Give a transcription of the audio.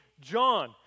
John